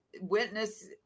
witness